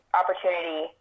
opportunity